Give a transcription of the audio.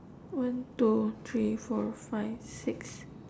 one two three four five six